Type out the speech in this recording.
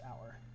hour